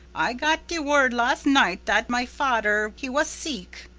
i got de word las' night dat my fader, he was seeck.